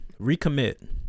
recommit